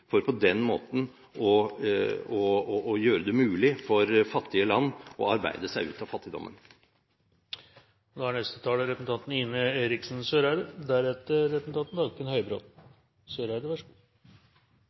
for på den måten å gjøre det mulig for fattige land og arbeide seg ut av fattigdommen.